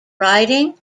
riding